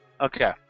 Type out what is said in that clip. Okay